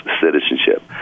citizenship